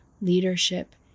leadership